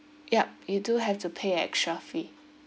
yup you do have to pay extra fee